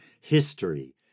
history